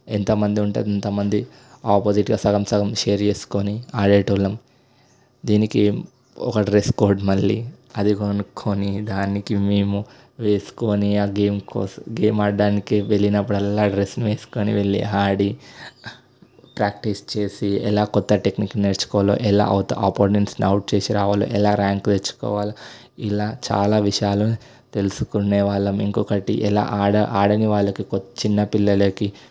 ఎంతమంది ఉంటే అంతమంది ఆపోజిట్లో సగం సగం షేర్ చేసుకొని ఆడేటోళ్ళం దీనికి ఒక డ్రెస్ కోడ్ మళ్ళీ అది కొనుక్కొని దానికి మేము వేసుకొని ఆ గేమ్ కోసం గేమ్ ఆడడానికి వెళ్ళినప్పుడల్లా ఆ డ్రెస్ వేసుకొని వెళ్ళి ఆడి ప్రాక్టీస్ చేసి ఎలా కొత్త టెక్నిక్ నేర్చుకోవాలో ఎలా అవు అపోనెంట్స్ని అవుట్ చేసి రావాలి ఎలా ర్యాంకు తెచ్చుకోవాలో ఇలా చాలా విషయాలు తెలుసుకునే వాళ్ళం ఇంకొకటి ఎలా ఆడ ఆడని వాళ్ళకి ఒక చిన్న పిల్లలకి